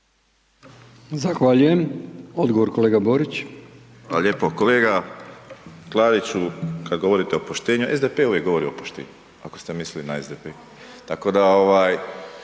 Zahvaljujem. Odgovor kolega Borić. **Borić, Josip (HDZ)** Hvala lijepo. Kolega Klariću, kad govorite o poštenju, SDP uvijek govori o poštenju, ako ste mislili na SDP. Tako da